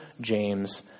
James